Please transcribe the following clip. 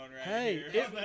Hey